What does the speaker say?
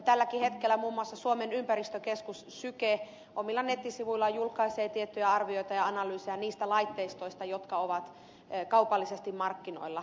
tälläkin hetkellä muun muassa suomen ympäristökeskus syke omilla nettisivuillaan julkaisee tiettyjä arvioita ja analyysejä niistä laitteistoista jotka ovat kaupallisesti markkinoilla